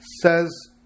says